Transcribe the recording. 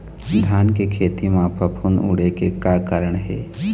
धान के खेती म फफूंद उड़े के का कारण हे?